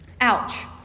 Ouch